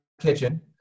kitchen